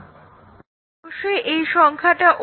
এখন multiple condition কভারেজের আর একটি ত্রুটি লক্ষ্য করা যাক